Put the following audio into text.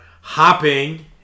hopping